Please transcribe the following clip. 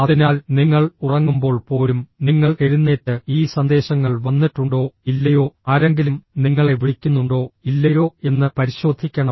അതിനാൽ നിങ്ങൾ ഉറങ്ങുമ്പോൾ പോലും നിങ്ങൾ എഴുന്നേറ്റ് ഈ സന്ദേശങ്ങൾ വന്നിട്ടുണ്ടോ ഇല്ലയോ ആരെങ്കിലും നിങ്ങളെ വിളിക്കുന്നുണ്ടോ ഇല്ലയോ എന്ന് പരിശോധിക്കണം